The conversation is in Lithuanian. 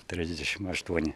trisdešim aštuoni